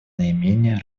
наименее